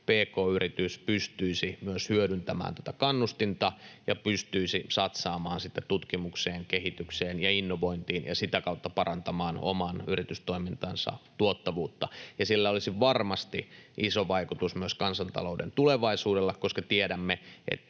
pk-yritys pystyisi myös hyödyntämään tätä kannustinta ja pystyisi satsaamaan sitten tutkimukseen, kehitykseen ja innovointiin ja sitä kautta parantamaan oman yritystoimintansa tuottavuutta. Ja sillä olisi varmasti iso vaikutus myös kansantalouden tulevaisuudelle, koska tiedämme,